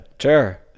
Sure